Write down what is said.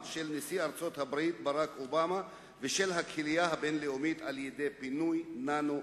ארצות-הברית ברק אובמה ושל הקהילה הבין-לאומית על-ידי פינוי ננו-מאחזים,